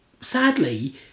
sadly